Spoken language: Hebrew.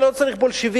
אני לא צריך בולשביקי,